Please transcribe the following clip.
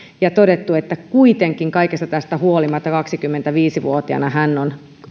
ja oli todettu että kuitenkin kaikesta tästä huolimatta kaksikymmentäviisi vuotiaana hän on